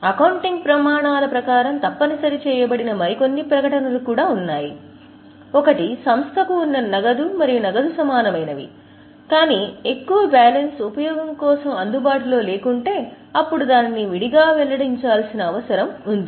accounting ప్రమాణాల ప్రకారం తప్పనిసరి చేయబడిన మరికొన్ని ప్రకటనలు కూడా ఉన్నాయి ఒకటి సంస్థకు ఉన్న నగదు మరియు నగదు సమానమైన వి కానీ ఎక్కువ బ్యాలెన్స్ ఉపయోగం కోసం అందుబాటులో లేకుంటే అప్పుడు దానిని విడిగా వెల్లడించాల్సిన అవసరం ఉంది